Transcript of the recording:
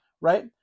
Right